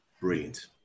brilliant